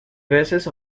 veces